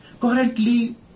currently